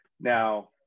Now